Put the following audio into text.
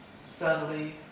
Subtly